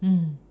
mm